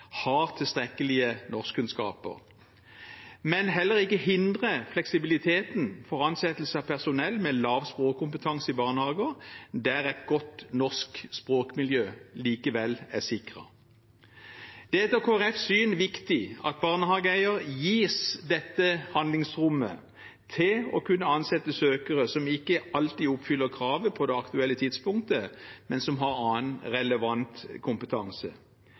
har tilstrekkelige norskkunnskaper, men samtidig ikke hindre fleksibiliteten for ansettelse av personell med lav språkkompetanse i barnehager der et godt norsk språkmiljø likevel er sikret». Det er etter Kristelig Folkepartis syn viktig at barnehageeierne gis dette handlingsrommet til å kunne ansette søkere som ikke alltid oppfyller kravet på det aktuelle tidspunktet, men som har annen relevant kompetanse.